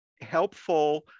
helpful